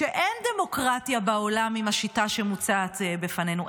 שאין דמוקרטיה בעולם עם השיטה שמוצעת בפנינו.